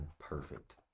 perfect